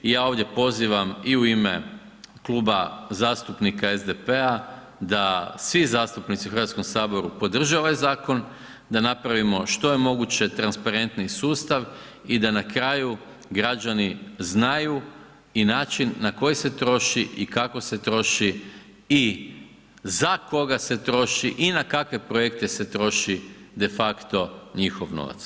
I ja ovdje pozivam i u ime Kluba zastupnika SDP-a da svi zastupnici u Hrvatskom saboru podrže ovaj zakon, da napravimo što je moguće transparentniji sustav i da na kraju građani znaju i način na koji se troši i kako se troši i za koga se troši i na kakve projekte se troši de facto njihov novac.